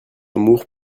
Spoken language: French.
amour